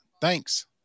Thanks